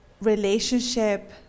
relationship